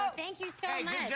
um thank you so yeah